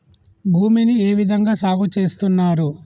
భూమిని ఏ విధంగా సాగు చేస్తున్నారు?